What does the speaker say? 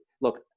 look